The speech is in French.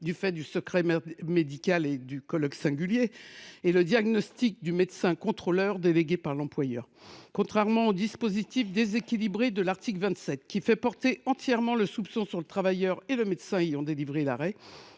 du fait du secret médical et du colloque singulier, et le diagnostic du médecin contrôleur délégué par l’employeur. Contrairement au dispositif déséquilibré de l’article 27, qui fait porter entièrement le soupçon sur le travailleur et le médecin ayant délivré l’arrêt,